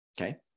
Okay